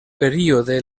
període